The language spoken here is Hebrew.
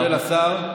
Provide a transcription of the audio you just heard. אני מודה לשר.